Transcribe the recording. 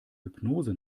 hypnose